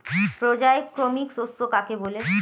পর্যায়ক্রমিক শস্য চাষ কাকে বলে?